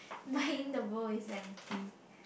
mine the bowl is empty